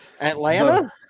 Atlanta